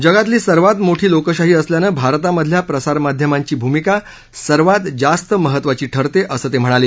जगातली सर्वात मोठी लोकशाही असल्यानं भारतामधल्या प्रसारमाध्यमांची भूमिका सर्वात जास्त महत्त्वाची ठरते असं ते म्हणाले